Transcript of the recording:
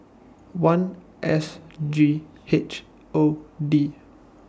one S G H O D